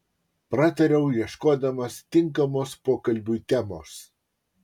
pratariau ieškodamas tinkamos pokalbiui temos